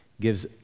gives